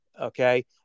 okay